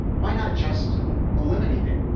why not just eliminate it,